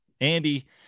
Andy